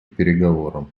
переговорам